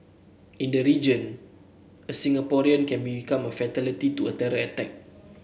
in the region a Singaporean became a fatality to a terror attack